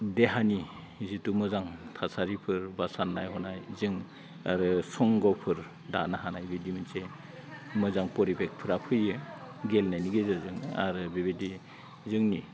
देहानि जिथु मोजां थासारिफोर बा साननाय हनाय जों आरो संग'फोर दानो हानाय बिदि मोनसे मोजां परिबेखफोरा फैयो गेलेनायनि गेजेरजों आरो बेबायदि जोंनि